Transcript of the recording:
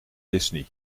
disney